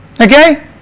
Okay